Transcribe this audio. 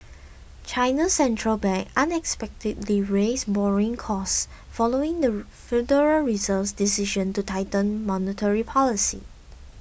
China's Central Bank unexpectedly raised borrowing costs following the Federal Reserve's decision to tighten monetary policy